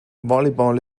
volleyball